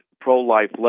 pro-life